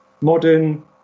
modern